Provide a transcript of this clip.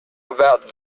about